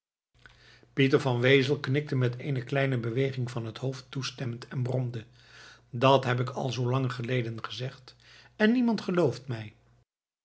pieter van wezel knikte met eene kleine beweging van het hoofd toestemmend en bromde dat heb ik al zoo lang geleden gezegd en niemand gelooft mij